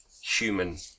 human